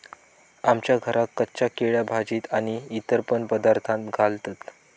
आमच्या घरात कच्चा केळा भाजीत आणि इतर पण पदार्थांत घालतत